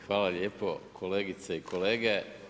Hvala lijepo kolegice i kolege.